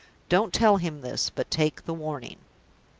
don't tell him this, but take the warning.